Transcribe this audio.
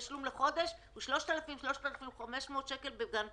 התשלום לחודש הוא 3,500 שקל לגן פרטי.